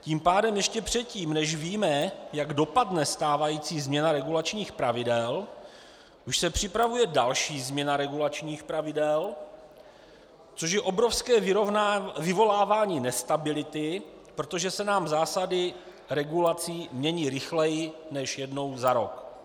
Tím pádem ještě předtím, než víme, jak dopadne stávající změna regulačních pravidel, už se připravuje další změna regulačních pravidel, což je obrovské vyvolávání nestability, protože se nám zásady regulací mění rychleji než jednou za rok.